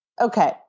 okay